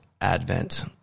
advent